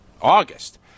August